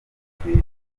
bakwiye